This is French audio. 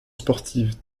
sportive